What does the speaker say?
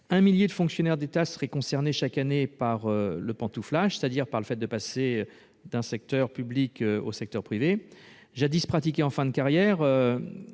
Un millier de fonctionnaires d'État seraient concernés chaque année par le pantouflage, c'est-à-dire par le fait de passer du secteur public au secteur privé. Jadis pratiqué en fin de carrière,